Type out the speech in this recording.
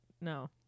No